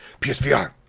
PSVR